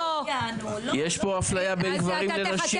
יש פה אפליה בין גברים לנשים.